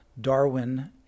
darwin